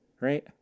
right